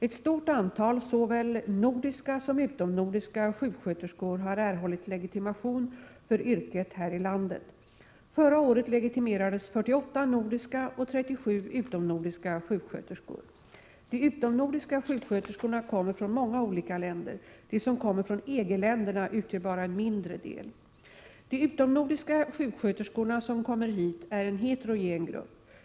Ett stort antal såväl nordiska som utomnordiska sjuksköterskor har erhållit legitimation för yrket här i landet. Förra året legitimerades 48 nordiska och 37 utomnordiska sjuksköterskor. De utomnordiska sjuksköterskorna kommer från många olika länder. De som kommer från EG länderna utgör bara en mindre del. De utomnordiska sjuksköterskor som kommer hit är en heterogen grupp.